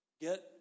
Get